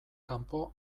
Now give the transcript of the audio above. kanpo